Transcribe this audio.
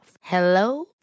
Hello